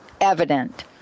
evident